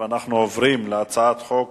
אני קובע שהצעת חוק